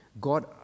God